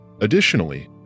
Additionally